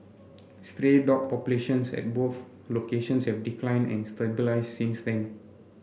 stray dog populations at both locations have declined and stabilised since then